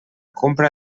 compra